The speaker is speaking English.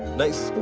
nice.